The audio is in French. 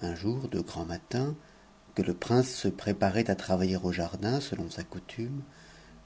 un jour de grand matin que le prince se préparait à travait er au jardin selon sa coutume